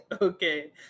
Okay